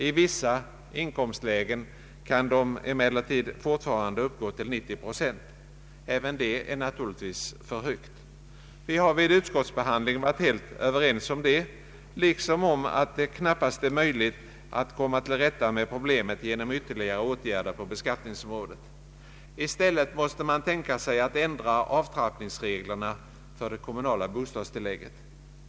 I vissa inkomstlägen kan de emellertid fort farande uppgå till 90 procent, och även det är naturligtvis för högt. Vi har under utskottsbehandlingen varit helt överens om detta liksom att det knappast är möjligt att komma till rätta med problemet genom ytterligare åtgärder på beskattningsområdet. I stället måste man tänka sig att ändra avtrappningsreglerna för det kommunala bostadstillägget.